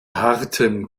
harten